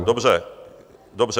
Dobře, dobře.